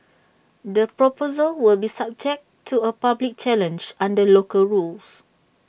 the proposal will be subject to A public challenge under local rules